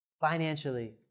financially